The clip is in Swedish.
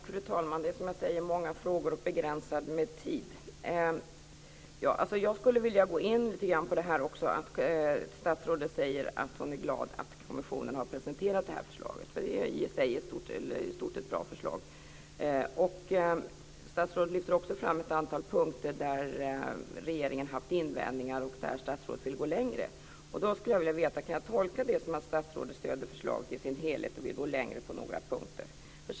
Fru talman! Jag har, som jag sagt, många frågor men begränsad tid. Statsrådet säger att hon är glad för att kommissionen har presenterat det här förslaget, som i stort sett är bra. Hon lyfter också fram ett antal punkter där regeringen har haft invändningar och där statsrådet vill gå längre. Kan jag tolka det så att statsrådet stöder förslaget i dess helhet och vill gå längre på några punkter?